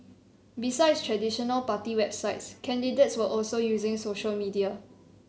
besides traditional party websites candidates were also using social media